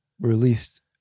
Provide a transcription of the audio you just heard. Released